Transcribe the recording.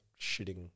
shitting